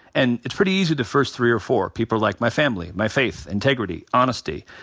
and it's pretty easy, the first three or four. people are like my family, my faith, integrity honesty.